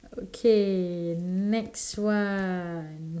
okay next one